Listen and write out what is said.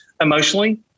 emotionally